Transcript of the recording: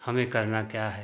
हमें करना क्या है